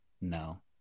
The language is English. no